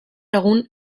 egun